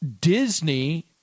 Disney